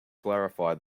clarify